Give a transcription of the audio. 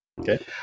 Okay